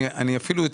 אם כן,